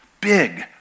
big